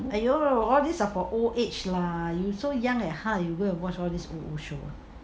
!aiyo! all these are for old age lah you so young at heart you will watch all these old old show ah